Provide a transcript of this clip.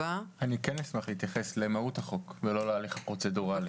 אשמח להתייחס למהות הצעת החוק ולא להליך הפרוצדורלי,